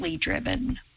driven